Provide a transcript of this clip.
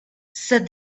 said